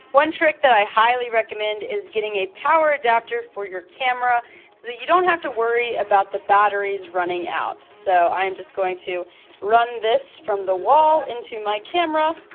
one trick that i highly recommend is getting a power adapter for your camera, so that you don't have to worry about the battery's running out. so i'm just going to run this from the wall into my camera.